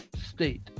state